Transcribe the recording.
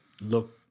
look